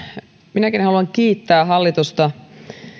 minäkin haluan kiittää hallitusta